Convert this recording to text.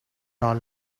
all